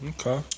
Okay